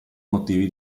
motivi